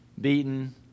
beaten